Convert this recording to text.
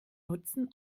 nutzen